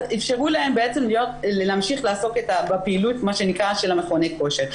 אפשרו להם להמשיך לעסוק בפעילות מה שנקרא של מכוני כושר.